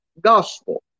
gospel